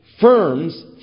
firms